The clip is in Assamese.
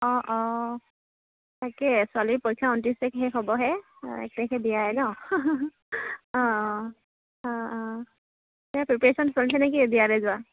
অঁ অঁ তাকেই ছোৱালীৰ পৰীক্ষা উনত্ৰিছ তাৰিখে শেষ হ'বহে অঁ এক তাৰিখে বিয়াই ন অঁ অঁ অঁ অঁ এই প্ৰিপেৰেচন চলিছে নে কি বিয়ালৈ যোৱা